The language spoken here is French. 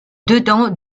dedans